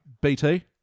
BT